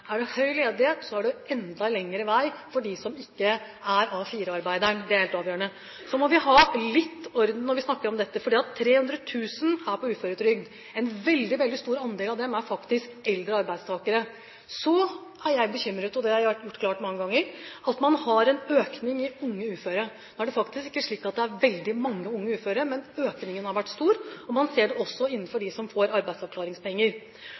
Er det høy ledighet, er det enda lengre vei for den som ikke er A4-arbeideren. Det er helt avgjørende. Så må vi ha litt orden når vi snakker om dette, fordi 300 000 er på uføretrygd. En veldig, veldig stor andel av dem er faktisk eldre arbeidstakere. Så er jeg bekymret over – og det har jeg gjort klart mange ganger – at man har en økning i antallet unge uføre. Nå er det faktisk ikke slik at det er veldig mange unge uføre, men økningen har vært stor, og man ser det også innenfor den gruppen som får arbeidsavklaringspenger.